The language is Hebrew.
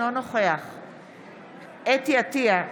אינו נוכח חוה אתי עטייה,